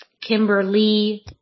Kimberly